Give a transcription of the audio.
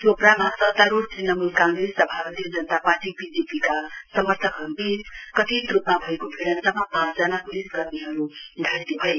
चोपरामा सतारूढ़ तृणमूल काँग्रेस र भारतीय जनता पार्टी बोजेपीका समर्थकहरूबीच कथित रूपमा भएको भीडन्तमा पाँच जना प्लिस कर्मीहरू घाइते भए